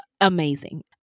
amazing